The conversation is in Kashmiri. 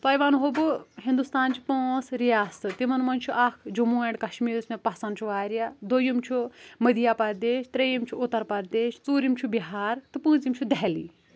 تۄہہِ وَنہو بہٕ ہِنٛدُستانچہِ پانٛژ رِیاستہٕ تِمن منٛز چھُ اَکھ جموں اینٛڈ کَشمیٖر یُس مے پسنٛد چھُ واریاہ دوٚیِم چھُ مٔدیاپَردیش ترٛییِم چھُ اُتَر پَردیش ژوٗرِم چھُ بِہار تہٕ پٲنٛژِم چھُ دٮ۪ہلی